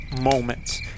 moments